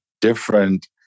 different